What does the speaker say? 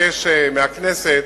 אבקש מהכנסת